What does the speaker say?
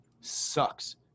sucks